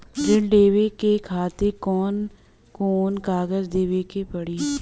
ऋण लेवे के खातिर कौन कोन कागज देवे के पढ़ही?